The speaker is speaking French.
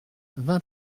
vingt